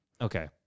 Okay